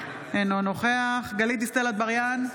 אינו נוכח גלית דיסטל אטבריאן,